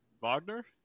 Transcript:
Wagner